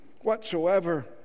whatsoever